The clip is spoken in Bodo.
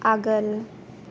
आगोल